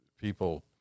people